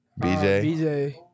BJ